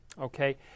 Okay